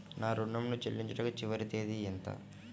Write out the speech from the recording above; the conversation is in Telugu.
నా ఋణం ను చెల్లించుటకు చివరి తేదీ ఎంత?